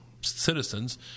citizens